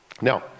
Now